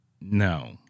no